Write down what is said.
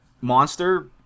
monster